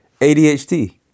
ADHD